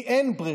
כי אין ברירה,